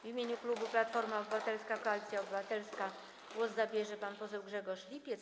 W imieniu klubu Platforma Obywatelska - Koalicja Obywatelska głos zabierze pan poseł Grzegorz Lipiec.